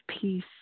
peace